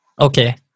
Okay